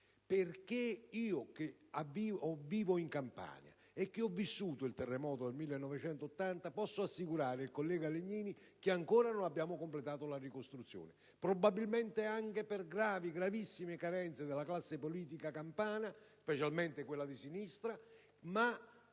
Io, che vivo in Campania e che ho vissuto il terremoto del 1980, posso assicurare il collega Legnini che ancora non abbiamo completato la ricostruzione, probabilmente anche per gravi, gravissime carenze della classe politica campana, specialmente di sinistra.